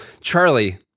Charlie